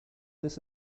this